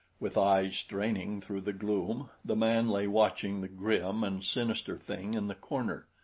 with eyes straining through the gloom the man lay watching the grim and sinister thing in the corner.